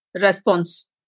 response